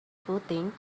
footing